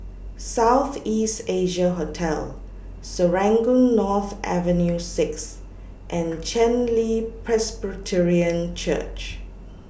South East Asia Hotel Serangoon North Avenue six and Chen Li Presbyterian Church